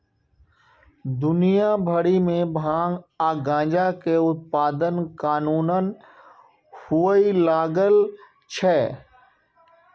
दुनिया भरि मे भांग आ गांजाक उत्पादन कानूनन हुअय लागल छै